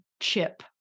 chip